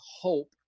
hope